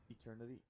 Eternity